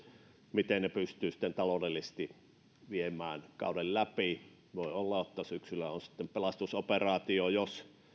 miten ne pystyvät sitten taloudellisesti viemään kauden läpi voi olla että syksyllä on sitten pelastusoperaatio jos